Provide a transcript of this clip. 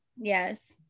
Yes